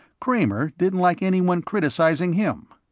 kramer didn't like anyone criticizing him.